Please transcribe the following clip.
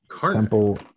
temple